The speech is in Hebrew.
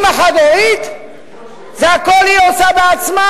אמא חד-הורית, הכול היא עושה בעצמה.